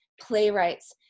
playwrights